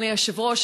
אדוני היושב-ראש,